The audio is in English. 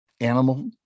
animal